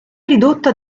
ridotta